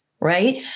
right